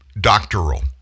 doctoral